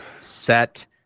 set